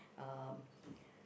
um